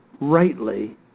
rightly